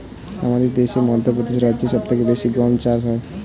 আমাদের দেশে মধ্যপ্রদেশ রাজ্যে সব থেকে বেশি গম চাষ হয়